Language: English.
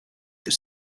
this